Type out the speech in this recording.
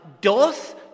doth